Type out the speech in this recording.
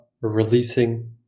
releasing